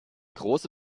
große